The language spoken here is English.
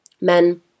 Men